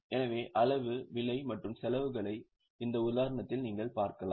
எனவே அளவு விலை மற்றும் செலவுகளை இந்த உதாரணத்தில் நீங்கள் பார்க்கலாம்